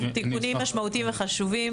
תיקונים משמעותיים וחשובים.